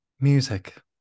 music